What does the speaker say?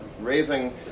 raising